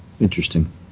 Interesting